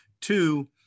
Two